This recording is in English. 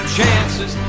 chances